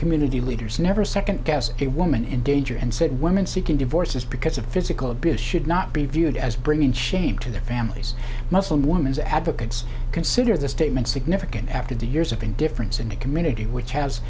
community leaders never second guess a woman in danger and said women seeking divorces because of physical abuse should not be viewed as bringing shame to their families muslim women's advocates consider this statement significant after the years of indifference in the community which has